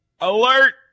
Alert